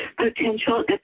Potential